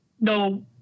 no